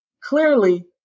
clearly